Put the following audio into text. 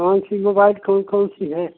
कौनसी मोबाइल कौन कौनसी है